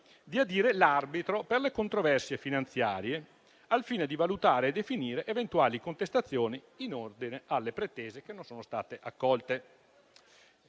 di adire l'arbitro per le controversie finanziarie, al fine di valutare e definire eventuali contestazioni in ordine alle pretese che non sono state accolte.